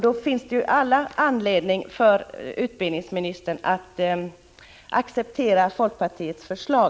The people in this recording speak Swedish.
Det finns all anledning för utbildningsministern att acceptera folkpartiets förslag.